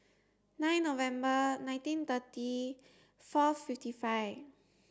nine November nineteen thirty four fifty five